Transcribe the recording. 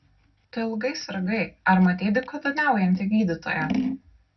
tu ilgai sirgai ar matei dykaduoniaujantį gydytoją